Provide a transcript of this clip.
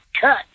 cut